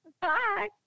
Bye